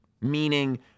Meaning